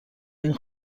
این